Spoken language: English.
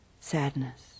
sadness